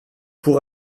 pour